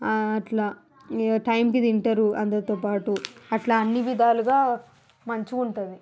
అట్లా ఇంకా టైంకి తింటారు అందరితోపాటు అట్లా అన్ని విధాలుగా మంచిగుంటుంది